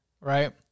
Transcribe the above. Right